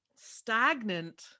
stagnant